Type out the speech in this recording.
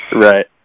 Right